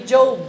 Job